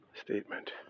statement